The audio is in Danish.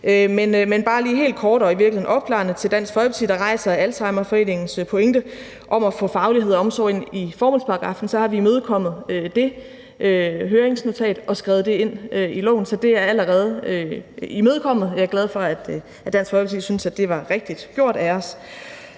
vil bare helt kort og i virkeligheden opklarende sige til Dansk Folkeparti – der rejser Alzheimerforeningens pointe om at få faglighed og omsorg ind i formålsparagraffen – at vi har imødekommet det høringsnotat og skrevet det ind i loven, så det allerede er imødekommet. Jeg er glad for, at Dansk Folkeparti synes, at det var rigtigt gjort af os.